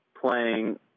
playing